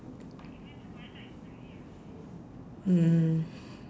mm